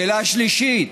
שאלה שלישית,